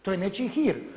To je nečiji hir.